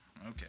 Okay